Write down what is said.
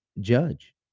judge